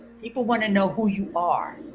people want to know who you are.